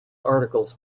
articles